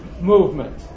movement